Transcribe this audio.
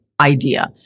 idea